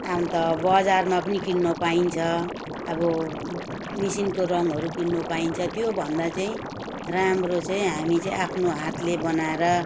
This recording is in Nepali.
आउन त बजारमा पनि किन्नु पाइन्छ अब मेसिनको रङ्हरू किन्नु पाइन्छ त्यो भन्दा चाहिँ राम्रो चाहिँ हामी चाहिँ आफ्नो हातले बनाएर